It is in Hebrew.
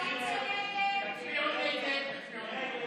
ההסתייגות (3) של קבוצת סיעת הציונות הדתית לסעיף 2 לא נתקבלה.